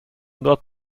not